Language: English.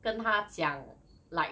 跟他讲 like